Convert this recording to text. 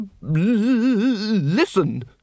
listen